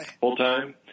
full-time